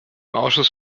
ausschuss